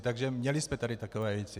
Takže měli jsme tady takové věci.